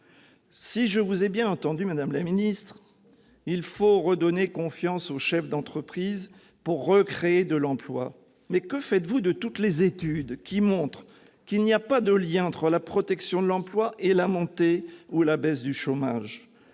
Si je vous ai bien entendue, madame la ministre, il faut redonner confiance aux chefs d'entreprise pour recréer de l'emploi. Mais que faites-vous de toutes les études qui montrent qu'il n'y a pas de lien entre la protection de l'emploi et la montée ou la baisse du chômage ?